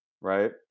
right